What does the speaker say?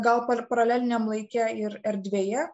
gal pa paraleliniam laike ir erdvėje